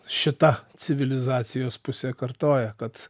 šita civilizacijos pusė kartoja kad